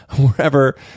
wherever